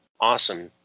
awesome